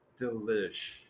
Delish